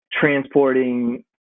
transporting